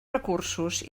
recursos